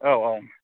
औ औ